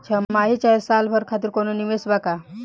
छमाही चाहे साल भर खातिर कौनों निवेश बा का?